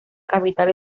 capital